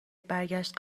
برگشت